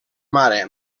mare